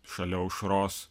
šalia aušros